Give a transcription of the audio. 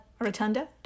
Rotunda